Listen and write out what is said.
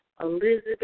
Elizabeth